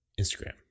Instagram